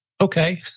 Okay